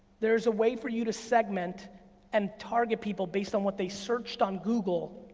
there's a way for you to segment and target people based on what they searched on google,